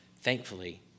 Thankfully